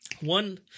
One